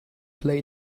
play